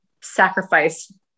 sacrifice